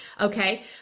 Okay